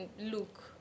look